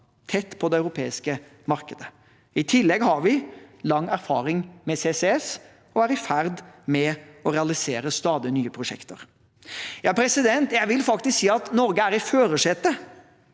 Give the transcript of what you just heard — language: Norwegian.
tett på det europeiske markedet. I tillegg har vi lang erfaring med CCS og er i ferd med å realisere stadig nye prosjekter. Jeg vil faktisk si at Norge er i førersetet,